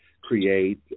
create